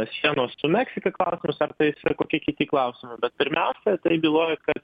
sienos su meksika klausimas ar tais ir kokie kiti klausimai bet pirmiausia tai byloja kad